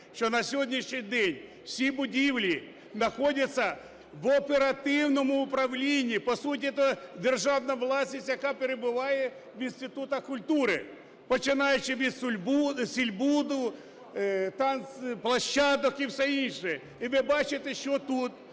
що на сьогоднішній день всі будівлі находяться в оперативному управлінні. По суті то державна власність, яка перебуває в інститутах культури, починаючи від сільбуду, танцплощадок і все інше. І ви бачите, що тут